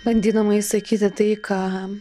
bandydama išsakyti tai ką